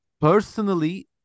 personally